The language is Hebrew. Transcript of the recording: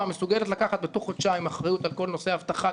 מסוגלת לקחת תוך חודשיים אחריות על כל נושאי אבטחה,